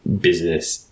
Business